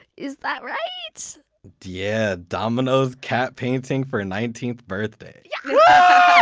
is that right? yeah. domino's cat painting for nineteenth birthday. yeah